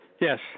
Yes